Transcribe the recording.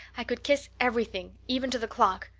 i could kiss everything, even to the clock.